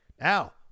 Now